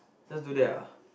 just do that lah